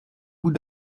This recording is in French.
bout